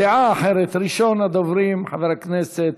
דעה אחרת: ראשון הדוברים, חבר הכנסת